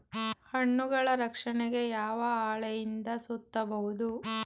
ಹಣ್ಣುಗಳ ರಕ್ಷಣೆಗೆ ಯಾವ ಹಾಳೆಯಿಂದ ಸುತ್ತಬಹುದು?